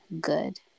good